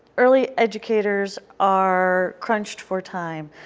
early educators are crunched for time.